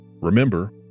Remember